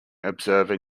observer